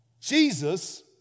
Jesus